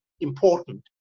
important